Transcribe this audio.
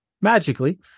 magically